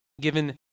given